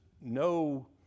no